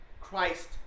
Christ